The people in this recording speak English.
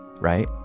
right